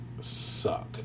suck